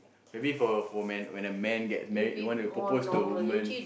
maybe for for man when a man gets married want to propose to a woman